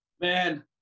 Man